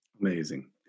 Amazing